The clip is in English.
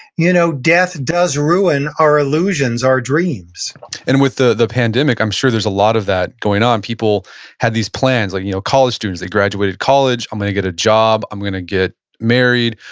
you know death does ruin our illusions, our dreams and with the the pandemic, i'm sure there's a lot of that going on. people had these plans, like you know college students. they graduated college. i'm gonna get a job, i'm gonna get married.